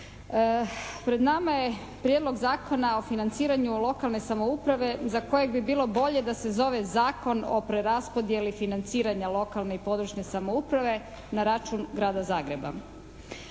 Pred nama je prijedlog Zakona o financiranju lokalne samouprave za kojeg bi bilo bolje da se zove zakon o preraspodjeli financiranja lokalne i područne samouprave na račun Grada Zagreba.